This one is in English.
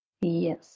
Yes